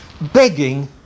begging